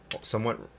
somewhat